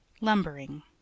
lumbering